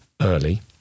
early